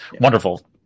Wonderful